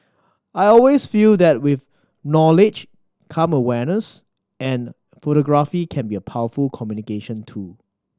I always feel that with knowledge come awareness and photography can be a powerful communication tool